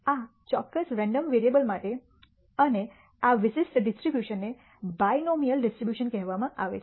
આ ચોક્કસ random variable માટે અને આ વિશિષ્ટ ડિસ્ટ્રીબ્યુશનને બાઇનોમીઅલ ડિસ્ટ્રીબ્યુશન કહેવામાં આવે છે